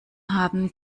haben